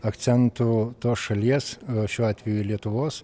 akcentų tos šalies šiuo atveju lietuvos